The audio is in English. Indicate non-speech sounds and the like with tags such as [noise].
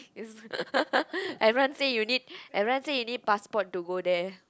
it's [laughs] everyone say you need everyone say you need passport to go there